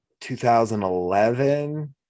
2011